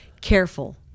careful